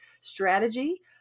strategy